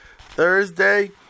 Thursday